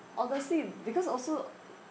obviously because also